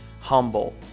humble